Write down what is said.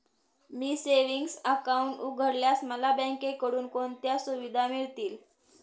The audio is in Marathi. मी सेविंग्स अकाउंट उघडल्यास मला बँकेकडून कोणत्या सुविधा मिळतील?